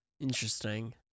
interesting